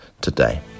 today